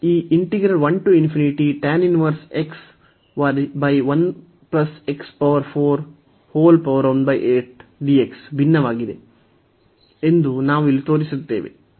ಈ ಭಿನ್ನವಾಗಿದೆ ಎಂದು ಇಲ್ಲಿ ನಾವು ತೋರಿಸುತ್ತೇವೆ